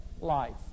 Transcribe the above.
life